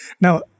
Now